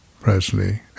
Presley